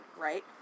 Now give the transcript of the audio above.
right